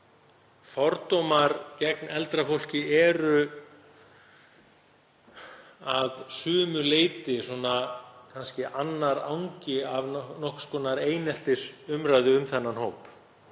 Fordómar gegn eldra fólki eru að sumu leyti kannski annar angi af nokkurs konar eineltisumræðu um þennan hóp,